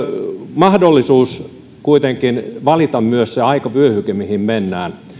mahdollisuus kuitenkin valita myös se aikavyöhyke mihin mennään